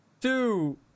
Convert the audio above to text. Two